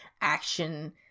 action